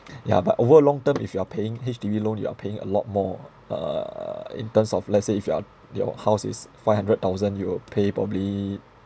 yeah but over a long term if you are paying H_D_B loan you are paying a lot more ah uh in terms of let's say if your your house is five hundred thousand you will pay probably